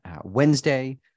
Wednesday